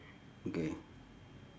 okay